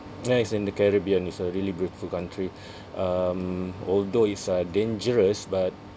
ya it's in the Caribbean it's a really beautiful country um although it's uh dangerous but